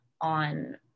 on